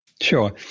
Sure